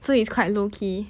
so it's quite low key